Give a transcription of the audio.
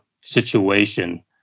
situation